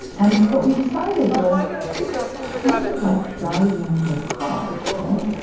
and what we decided was this is kind of like driving your car, right?